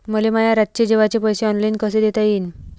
मले माया रातचे जेवाचे पैसे ऑनलाईन कसे देता येईन?